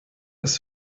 ist